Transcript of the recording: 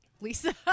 Lisa